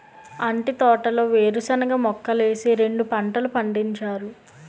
అంటి తోటలో వేరుశనగ మొక్కలేసి రెండు పంటలు పండించారు